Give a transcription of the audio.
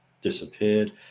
disappeared